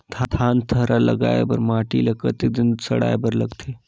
धान थरहा लगाय बर माटी ल कतेक दिन सड़ाय बर लगथे?